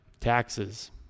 Taxes